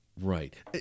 Right